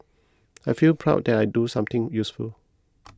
I feel proud that I do something useful